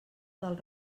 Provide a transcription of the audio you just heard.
del